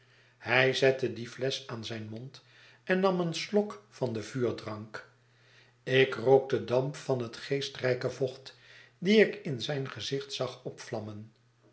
hij zette die flesch aan zijn mond en nam een slok van den vuurdrank ik rook den damp van het geestrijke vocht dien ik in zijn gezicht zag opvlammen